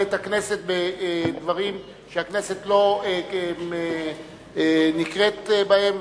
את הכנסת בדברים שהכנסת לא נקראת בהם,